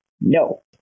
No